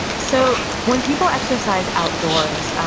so, when people exercise outdoors,